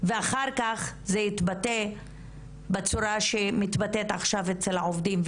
ואחר כך זה יתבטא בצורה שמתבטאת עכשיו אצל העובדים.